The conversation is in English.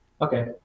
Okay